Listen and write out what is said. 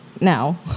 now